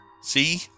see